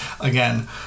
Again